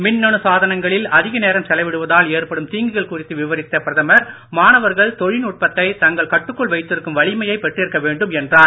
மின்னணு சாதனங்களில் அதிக நேரம் செலவிடுவதால் ஏற்படும் தீங்குகள் குறித்து விவரித்த பிரதமர் மாணவர்கள் தொழில்நுட்பத்தை தங்கள் கட்டுக்குள் வைத்திருக்கும் வலிமையை பெற்றிருக்க வேண்டும் என்றார்